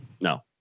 No